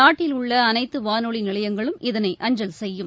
நாட்டில் உள்ள அனைத்து வானொலி நிலையங்களும் இதனை அஞ்சல் செய்யும்